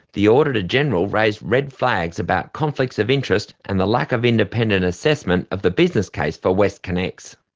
the auditor general raised red flags about conflicts of interest and the lack of independent assessment of the business case for westconnex.